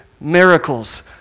miracles